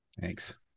Thanks